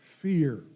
Fear